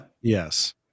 yes